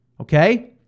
Okay